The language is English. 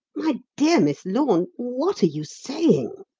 my dear miss lorne, what are you saying?